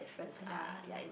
uh ya